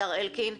השר אלקין,